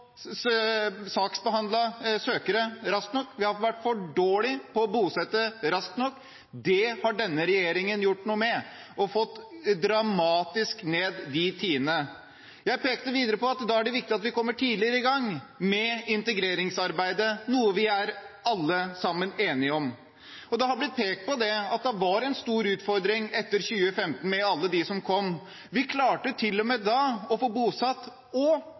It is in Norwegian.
raskt nok. Vi har vært for dårlige til å bosette raskt nok. Det har denne regjeringen gjort noe med og fått de tidene dramatisk ned. Jeg pekte videre på at det er viktig at vi kommer tidligere i gang med integreringsarbeidet, noe vi alle sammen er enige om. Det har blitt pekt på at det var en stor utfordring etter 2015 med alle dem som kom da. Vi klarte til og med da å få bosatt folk og